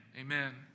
amen